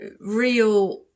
real